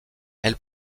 elle